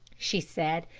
she said,